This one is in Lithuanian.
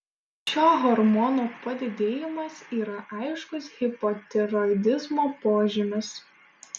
šio hormono padidėjimas yra aiškus hipotiroidizmo požymis